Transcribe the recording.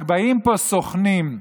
רק שבאים מפה סוכנים,